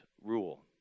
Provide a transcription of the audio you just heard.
rule